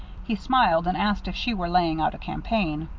he smiled, and asked if she were laying out a campaign.